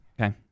Okay